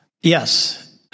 Yes